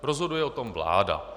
Rozhoduje o tom vláda.